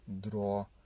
draw